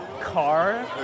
car